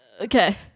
Okay